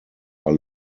are